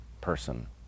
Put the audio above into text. person